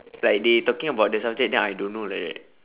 like they talking about the subject then I don't know like that